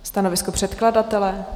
Stanovisko předkladatele?